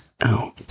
out